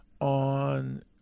on